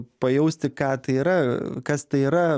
pajausti ką tai yra kas tai yra